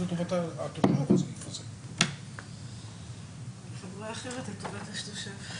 15:44.